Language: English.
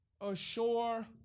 ashore